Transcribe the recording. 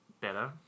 better